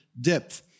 depth